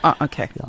Okay